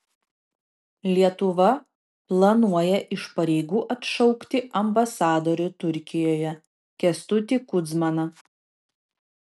lietuva planuoja iš pareigų atšaukti ambasadorių turkijoje kęstutį kudzmaną